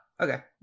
okay